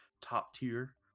top-tier